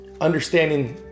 understanding